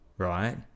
Right